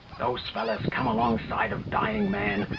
those fellows come alongside of dying men,